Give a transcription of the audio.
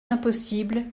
impossible